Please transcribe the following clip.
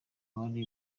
bari